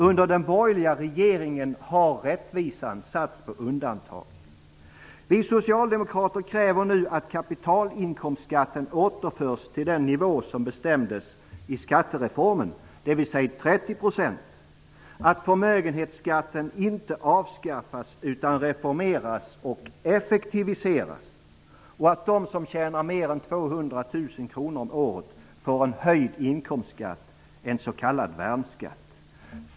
Under den borgerliga regeringen har rättvisan satts på undantag. Vi socialdemokrater kräver nu att kapitalinkomstskatten återförs till den nivå som bestämdes i skattereformen, dvs. 30 %, att förmögenhetsskatten inte avskaffas utan reformeras och effektiviseras och att de som tjänar mer än 200 000 kr om året får en höjd inkomstskatt, en s.k. värnskatt.